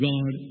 God